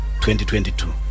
2022